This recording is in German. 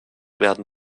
werden